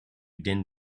din